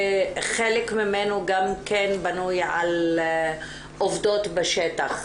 חלק ממנו גם כן בנוי על עובדות בשטח.